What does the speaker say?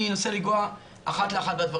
אנסה לגעת בדברים אחד לאחד.